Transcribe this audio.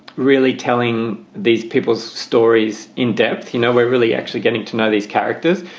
really telling these people's stories in depth. you know, we're really actually getting to know these characters.